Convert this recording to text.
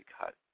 cut